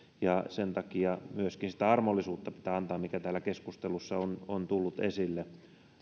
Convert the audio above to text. sen takia myöskin sitä armollisuutta pitää antaa mikä täällä keskustelussa on on tullut esille